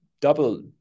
double